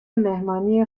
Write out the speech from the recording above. مهمانی